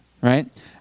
right